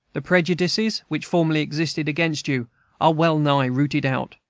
the prejudices which formerly existed against you are wellnigh rooted out